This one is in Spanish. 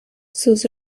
sus